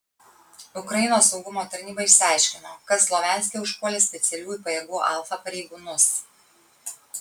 ukrainos saugumo tarnyba išsiaiškino kas slavianske užpuolė specialiųjų pajėgų alfa pareigūnus